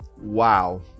wow